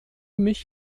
mich